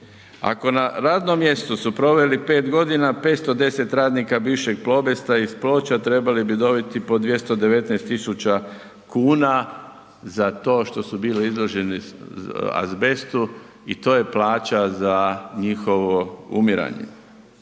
Ako na radnom mjestu su proveli 5.g., 510 radnika bivšeg Plobesta iz Ploča trebali bi dobiti po 219.000,00 kn za to što su bili izloženi azbestu i to je plaća za njihovo umiranje,